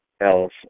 else